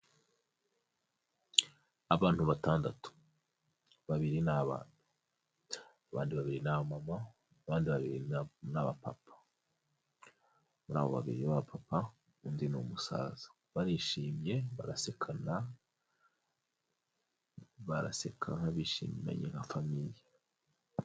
Abantu batandatu, babiri ni bana, abandi babiri ni abamama abandi babiri ni abapapa. Muri abo babiri ba bapapa, undi ni umusaza. Barishimye barasekana, baraseka nk'abishimanye nka famiye.